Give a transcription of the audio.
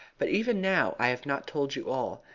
but even now i have not told you all.